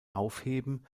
aufheben